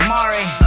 Mari